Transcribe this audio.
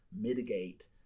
mitigate